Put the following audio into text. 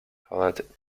called